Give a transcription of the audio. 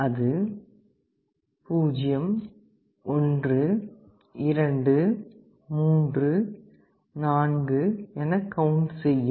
அது 0 1 2 3 4 என கவுண்ட் செய்யும்